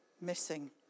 missing